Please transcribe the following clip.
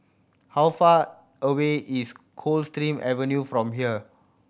how far away is Coldstream Avenue from here